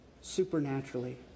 supernaturally